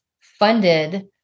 funded